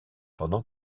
pendant